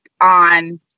on